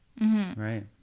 right